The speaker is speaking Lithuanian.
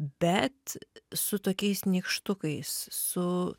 bet su tokiais nykštukais su